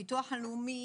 הביטוח הלאומי,